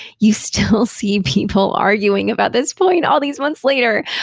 you still see people arguing about this point all these months later,